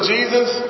Jesus